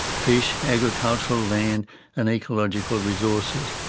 fish, agricultural land and ecological resources.